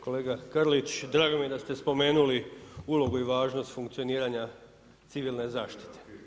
Kolega Karlić, drago mi je da ste spomenuli ulogu i važnost funkcioniranja civilne zaštite.